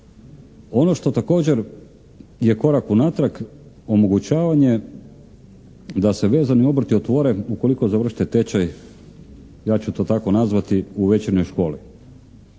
Ono što također je korak unatrag, omogućavanje da se vezani obrti otvore ukoliko završite tečaj, ja ću to tako nazvati, u večernjoj školi.